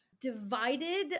divided